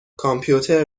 کامپیوتر